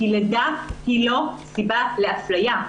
כי לידה היא לא סיבה לאפליה.